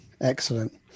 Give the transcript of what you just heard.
excellent